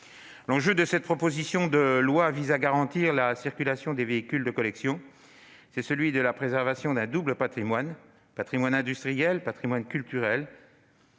L'enjeu de cette proposition de loi qui vise à garantir la circulation des véhicules de collection tient à la préservation d'un double patrimoine, industriel et culturel.